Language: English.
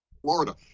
Florida